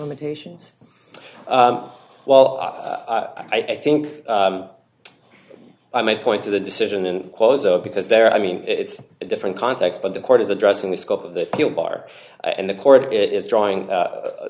limitations well i think i might point to the decision and close up because they're i mean it's a different context but the court is addressing the scope of the bar and the court is drawing